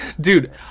dude